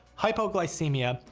hypoglycemia,